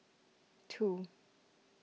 two